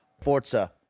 Forza